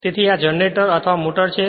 તેથી આ જનરેટર અથવા મોટર છે